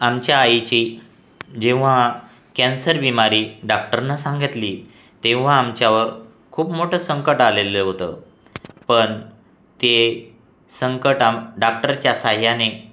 आमच्या आईची जेव्हा कॅन्सर बिमारी डॉक्टरनं सांगितली तेव्हा आमच्यावर खूप मोठ्ठं संकट आलेलं होतं पण ते संकट अम डॉक्टरच्या साहाय्याने